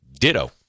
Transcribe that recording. Ditto